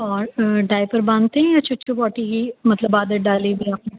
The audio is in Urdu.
اور ڈائپر باندھتے ہیں یا چُھوچُھو پاٹی کی مطلب عادت ڈالی ہے